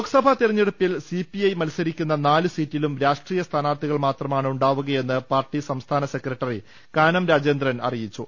ലോക്സഭാ തെരഞ്ഞെടുപ്പിൽ C P I മത്സരിക്കുന്ന നാല് സീറ്റിലും രാഷ്ട്രീയ സ്ഥാനാർത്ഥികൾ മാത്രമാണ് ഉണ്ടാവുകയെന്ന് പാർട്ടി സംസ്ഥാന സെക്രട്ടറി കാനം രാജേന്ദ്രൻ അറിയിച്ചു